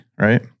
right